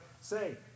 Say